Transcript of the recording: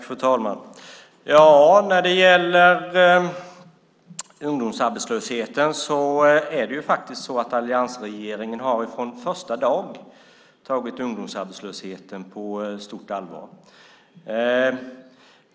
Fru talman! Alliansregeringen har från första dagen tagit ungdomsarbetslösheten på stort allvar.